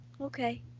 Okay